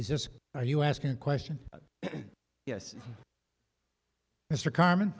is this are you asking question yes mr carm